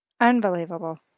Unbelievable